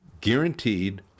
guaranteed